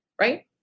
right